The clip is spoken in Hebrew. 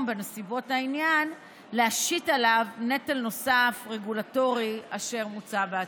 בנסיבות העניין להשית עליו נטל רגולטורי נוסף אשר מוצע בהצעה.